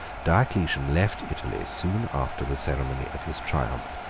diocletian left italy soon after the ceremony of his triumph,